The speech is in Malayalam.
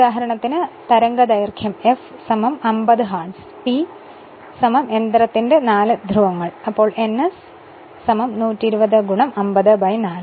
ഉദാഹരണത്തിന് തരംഗദൈർഘ്യം f 50 ഹെർട്ട്സും p യന്ത്രത്തിന്റെ നാല് ധ്രുവങ്ങൾ ആയതുക്കൊണ്ട് ns 120 504